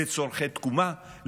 לצורכי תקומה,